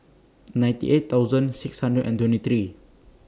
ninety eight thousand six hundred and twenty three